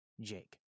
Jake